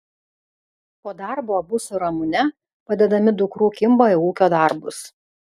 po darbo abu su ramune padedami dukrų kimba į ūkio darbus